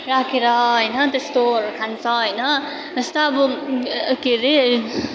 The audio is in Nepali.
राखेर होइन त्यस्तोहरू खान्छ होइन जस्तै अब के अरे